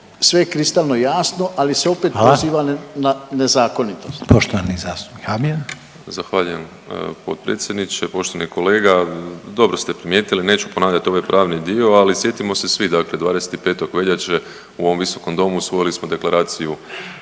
Željko (HDZ)** Poštovani zastupnik Habijan. **Habijan, Damir (HDZ)** Zahvaljujem potpredsjedniče. Poštovani kolega, dobro ste primijetili, neću ponavljat ovaj pravi dio, ali sjetimo se svi dakle 25. veljače u ovom visokom domu usvojili smo Deklaraciju